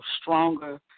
stronger